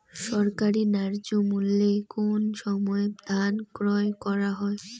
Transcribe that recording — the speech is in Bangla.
সরকারি ন্যায্য মূল্যে কোন সময় ধান ক্রয় করা হয়?